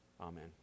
Amen